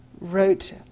wrote